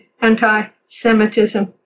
anti-Semitism